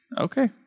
Okay